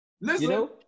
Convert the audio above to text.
Listen